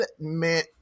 Man